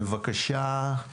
בבקשה,